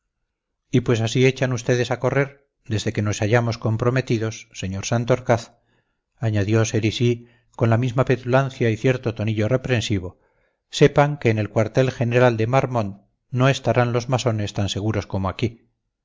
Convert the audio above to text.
y pues así echan ustedes a correr desde que nos hallamos comprometidos sr santorcaz añadió cerizy con la misma petulancia y cierto tonillo reprensivo sepan que en el cuartel general de marmont no estarán los masones tan seguros como aquí